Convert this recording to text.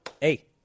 Hey